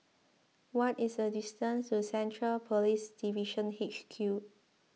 what is the distance to Central Police Division H Q